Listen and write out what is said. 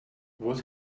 what